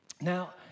Now